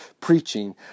preaching